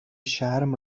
شرم